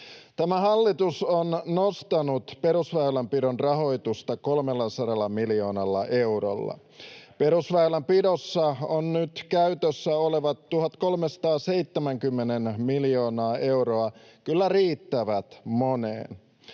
Tämä hallitus on nostanut perusväylänpidon rahoitusta 300 miljoonalla eurolla. Perusväylänpidossa nyt käytössä olevat 1 370 miljoonaa euroa kyllä riittävät moneen.